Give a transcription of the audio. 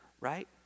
right